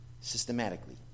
systematically